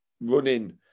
running